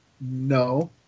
No